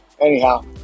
anyhow